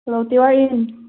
hello ꯇꯤꯋꯥꯏꯟ